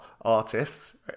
artists